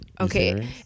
okay